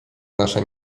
nasze